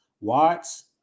watts